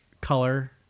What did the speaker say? color